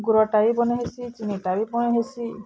ଗୁରରଟା ବି ବନେଇହେସି ଚିନିଟା ବି ବନେଇହେସି